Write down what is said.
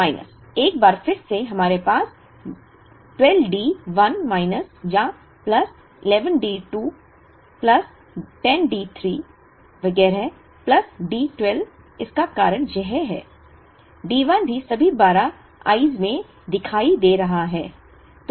minus एक बार फिर हमारे पास 12 डी 1 माइनस या प्लस 11 डी 2 प्लस 10 डी 3 वगैरह प्लस डी 12 इसका कारण यह है D 1 भी सभी 12 I's में दिखाई दे रहा है